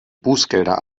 bußgelder